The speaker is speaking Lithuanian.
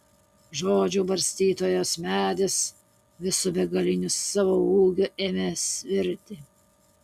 žodžių barstytojos medis visu begaliniu savo ūgiu ėmė svirti